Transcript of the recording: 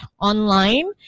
online